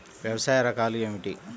వ్యవసాయ రకాలు ఏమిటి?